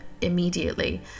immediately